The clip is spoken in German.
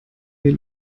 wir